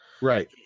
Right